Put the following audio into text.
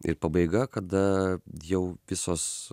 ir pabaiga kada jau visos